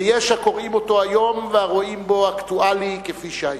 ויש הקוראים אותו היום ורואים בו אקטואלי כפי שהיה.